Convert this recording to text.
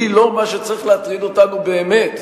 היא לא מה שצריך להטריד אותנו באמת.